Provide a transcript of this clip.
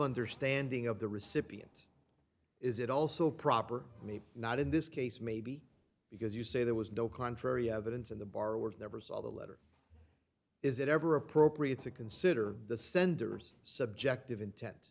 understanding of the recipient is it also proper maybe not in this case maybe because you say there was no contrary evidence in the bar were never saw the letter is it ever appropriate to consider the sender's subjective inten